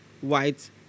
white